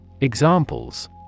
Examples